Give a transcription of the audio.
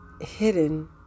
hidden